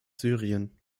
syrien